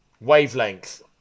Wavelength